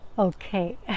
Okay